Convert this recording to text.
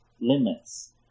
limits